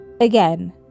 Again